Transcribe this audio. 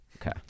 Okay